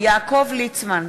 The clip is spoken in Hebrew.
יעקב ליצמן, מצביע